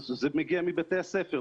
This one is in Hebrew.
זה מגיע מבתי הספר.